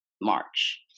march